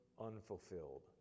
unfulfilled